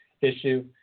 issue